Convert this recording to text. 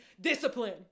discipline